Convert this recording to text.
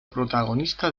protagonista